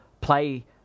play